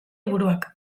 buruak